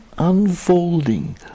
unfolding